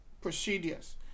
procedures